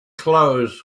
clothes